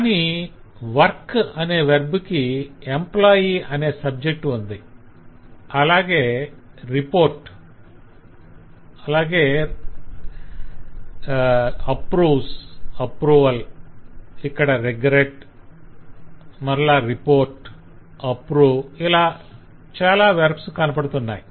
కాని ఈ 'work' అనే వెర్బ్ కి 'employee' అనే సబ్జెక్ట్ ఉంది అలాగే 'report' మరల 'report' ఇక్కడ 'approvesapproval' ఇక్కడ 'regret' మరల 'report' 'approve' ఇలా చాలా వెర్బ్స్ కనపడుతున్నాయి